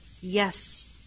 Yes